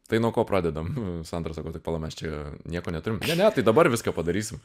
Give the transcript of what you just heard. tai nuo ko pradedam sandra sako tai pala mes čia nieko neturim ne ne tai dabar viską padarysim